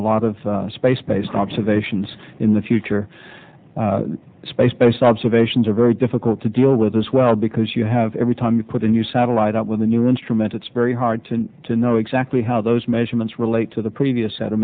a lot of space based observations in the future space based observations are very difficult to deal with as well because you have every time you put a new satellite up with a new instrument it's very hard to to know exactly how those measurements relate to the previous